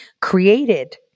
created